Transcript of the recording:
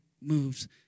moves